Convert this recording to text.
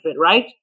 Right